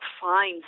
fine